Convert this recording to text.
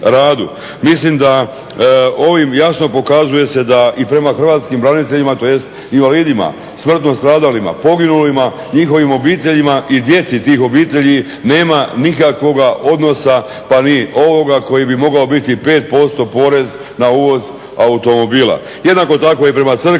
Mislim da ovim jasno pokazuje se da i prema hrvatskim braniteljima, tj. invalidima, smrtno stradalima, poginulima, njihovim obiteljima i djeci tih obitelji nema nikakvoga odnosa pa ni ovoga koji bi mogao biti 5% porez na uvoz automobila. Jednako tako i prema crkvi,